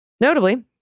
Notably